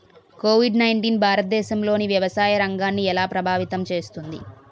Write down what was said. Covid nineteen భారతదేశంలోని వ్యవసాయ రంగాన్ని ఎలా ప్రభావితం చేస్తుంది?